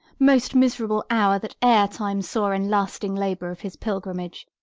most miserable hour that e'er time saw in lasting labour of his pilgrimage!